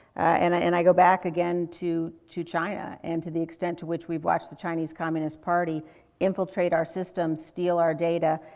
and i, and i go back again to, to china and to the extent to which we've watched the chinese communist party infiltrate our systems, steal our data,